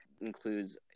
includes